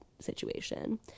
situation